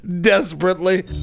Desperately